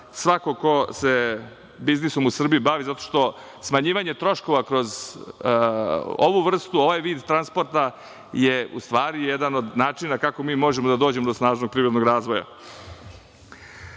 svakog ko se biznisom u Srbiji bavi zato što smanjivanje troškova kroz ovu vrstu ovaj vid transporta je u stvari jedan od načina kako mi možemo da dođemo do snažnog privrednog razvoja. Napravio